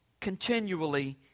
continually